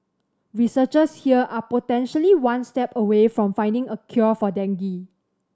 researchers here are potentially one step away from finding a cure for dengue